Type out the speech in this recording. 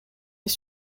les